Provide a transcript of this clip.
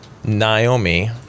Naomi